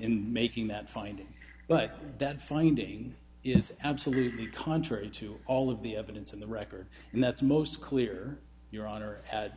in making that finding but that finding is absolutely contrary to all of the evidence in the record and that's most clear your honor